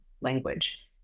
language